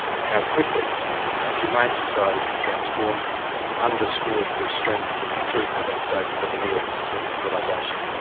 how quickly humane society can transform underscores the strength and the truth of that statement the veneer of human civilisation.